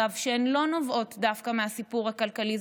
שלא נובעות דווקא מהסיפור הכלכלי.